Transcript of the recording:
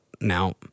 now